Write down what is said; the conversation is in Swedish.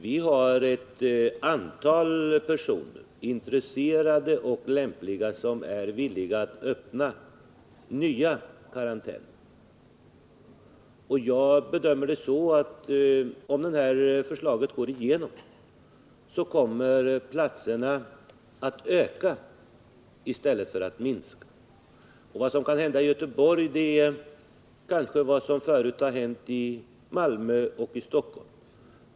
Vi har ett antal personer —- intresserade och lämpliga — som är villiga att öppna nya karantäner. Jag bedömer det så att om det här förslaget går igenom kommer antalet platser att öka i stället för att minska. Vad som kan hända i Göteborg är kanske vad som förut har hänt i Malmö och Stockholm.